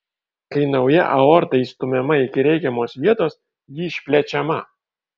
kai nauja aorta įstumiama iki reikiamos vietos ji išplečiama